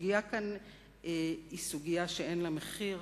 הסוגיה כאן היא סוגיה שאין לה מחיר,